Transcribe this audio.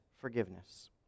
forgiveness